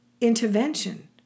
intervention